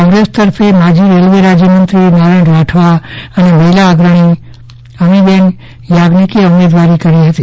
કોંગ્રેસ તરફે માજી રેલ્વે રાજ્યમંત્રી નારાણ રાઠવા અને મહિલા અગ્રણી અમીબેન યાજ્ઞિકે ઉમેદવારી કરી હતી